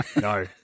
no